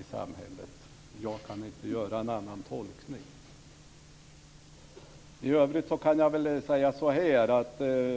i samhället. Jag kan inte göra någon annan tolkning. I övrigt kan jag säga så här.